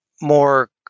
more